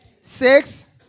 six